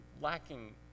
lacking